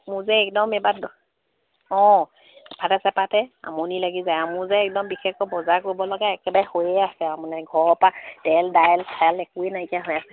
মোৰ যে একদম এইবাৰ অঁ আমনি লাগি যায় আৰু মোৰ যে একদম বিশেষকৈ বজাৰ কৰিব লগা একেবাৰে হৈয়ে আছে আৰু মানে ঘৰৰ পৰা তেল দাইল চাইল একোৱে নাইকীয়া হৈ আছে